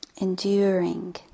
enduring